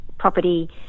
property